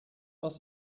aus